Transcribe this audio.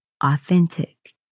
authentic